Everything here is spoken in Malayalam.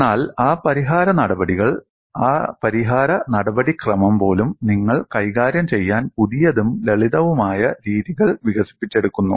എന്നാൽ ആ പരിഹാര നടപടിക്രമം പോലും നിങ്ങൾ കൈകാര്യം ചെയ്യാൻ പുതിയതും ലളിതവുമായ രീതികൾ വികസിപ്പിച്ചെടുക്കുന്നു